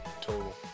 Total